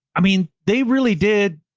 i mean they really did.